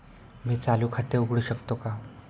मी चालू खाते उघडू शकतो का?